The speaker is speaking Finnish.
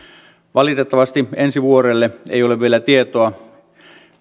valitettavasti ensi vuodelle ei ole vielä tietoa